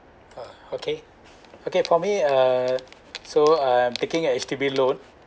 uh okay okay for me uh so I'm taking H_D_B loan